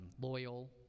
loyal